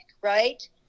right